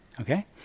Okay